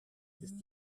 ist